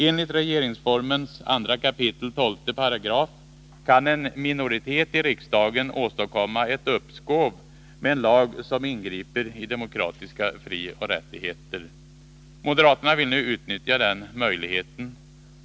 Enligt regeringsformens 2 kap.12 § kan en minoritet i riksdagen åstadkomma ett uppskov med en lag som ingriper i demokratiska frioch rättigheter. Moderaterna vill nu utnyttja den möjligheten.